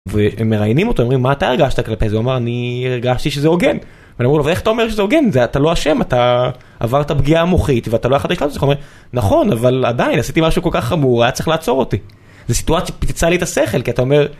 והם מראיינים אותו, אומרים מה אתה הרגשת כלפי זה אומר אני הרגשתי שזה הוגן והם אומרים לוהאבל איך אתה אומר שזה הוגן אתה לא אשם אתה עברת פגיעה מוחית ואתה לא יכול לשלוט את זה, נכון אבל עדיין עשיתי משהו כל כך חמור היה צריך לעצור אותי זה סיטואציה פיצצה לי את השכל כי אתה אומר.